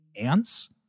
ants